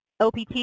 opt